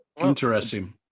Interesting